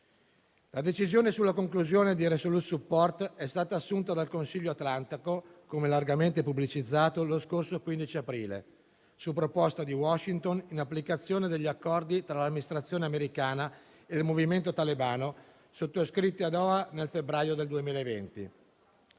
La decisione sulla conclusione della missione *Resolute Support* è stata assunta dal Consiglio atlantico, come largamente pubblicizzato, lo scorso 15 aprile, su proposta di Washington, in applicazione degli accordi tra l'amministrazione americana e il movimento talebano sottoscritti a Doha nel febbraio del 2020.